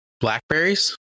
blackberries